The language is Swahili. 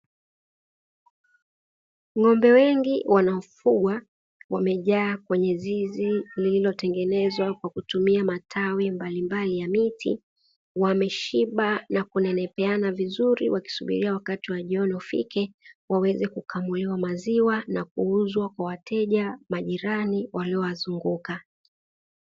Ng'ombe wengi wanaofugwa wamejaa kwenye zizi lililotengenezwa kwa kutumia matawi mbalimbali ya miti, wameshiba na kunenepeana vizuri wakisubiria wakati wa jioni ufike waweze kukamuliwa maziwa na kuuzwa kwa wateja, majirani waliowazunguka.